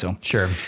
Sure